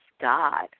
God